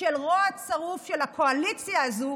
של רוע צרוף של הקואליציה הזאת,